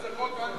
זה חוק אנטי,